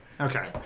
Okay